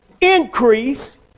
increase